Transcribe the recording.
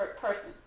person